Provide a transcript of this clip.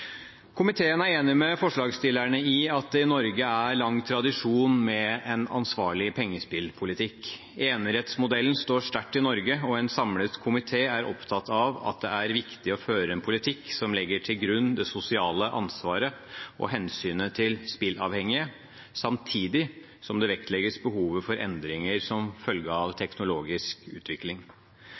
Komiteen er enig med forslagsstillerne i at det i Norge er lang tradisjon for en ansvarlig pengespillpolitikk. Enerettsmodellen står sterkt i Norge, og en samlet komité er opptatt av at det er viktig å føre en politikk som legger til grunn det sosiale ansvaret og hensynet til spilleavhengige, samtidig som man vektlegger behovet for endringer som følge av teknologisk utvikling.